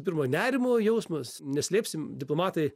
pirma nerimo jausmas neslėpsim diplomatai